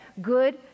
good